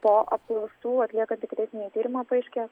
po apklaustų atliekant ikiteisminį tyrimą paaiškės